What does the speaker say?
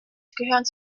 gehören